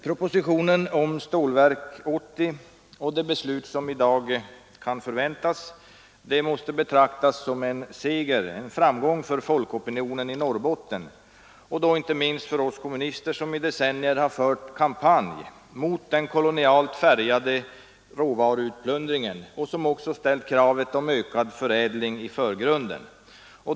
Propositionen om Stålverk 80 och det beslut som i dag kan förväntas måste betraktas som en framgång för folkopinionen i Norrbotten och då inte minst för oss kommunister som i decennier har fört en kampanj mot den kolonialt färgade råvaruutplundringen och också ställt kravet om ökad förädling i förgrunden.